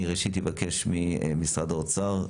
אני ראשית אבקש ממשרד האוצר,